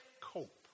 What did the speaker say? cope